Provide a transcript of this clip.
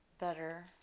better